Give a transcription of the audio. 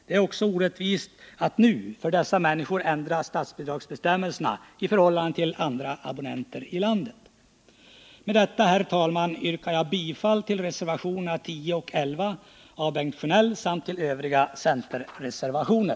Det är dessutom orättvist mot dessa människor att det för dem skall tillämpas andra statsbidragsbestämmelser än de som gäller för andra abonnenter i landet. Med detta, herr talman, yrkar jag bifall till reservationerna 10 och 11 av Bengt Sjönell liksom till övriga centerreservationer.